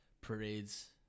parades